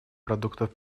продуктов